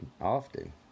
often